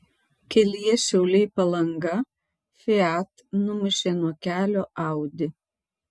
kelyje šiauliai palanga fiat numušė nuo kelio audi